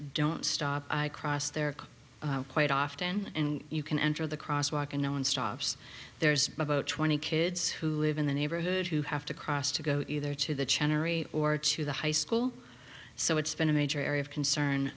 don't stop cross there quite often and you can enter the crosswalk and no one stops there's about twenty kids who live in the neighborhood who have to cross to go either to the channer or to the high school so it's been a major area of concern